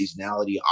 seasonality